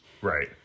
Right